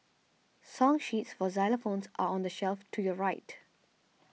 song sheets for xylophones are on the shelf to your right